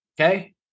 okay